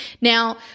Now